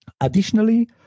Additionally